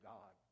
God